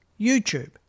YouTube